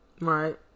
Right